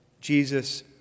Jesus